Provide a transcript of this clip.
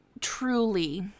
truly